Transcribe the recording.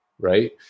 Right